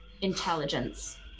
intelligence